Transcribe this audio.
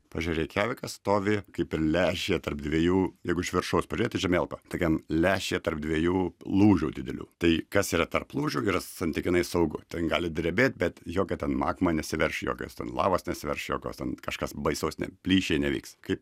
pavyzdžiui reikjavikas stovi kaip ir lęšyje tarp dviejų jeigu iš viršaus pažiūrėti žemėlapio tokiam lęšyje tarp dviejų lūžių didelių tai kas yra tarp lūžių yra santykinai saugu ten gali drebėt bet jokia ten magma nesiverš jokios ten lavos nesiverš jokios ten kažkas baisaus ne plyšiai nevyks kaip